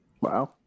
Wow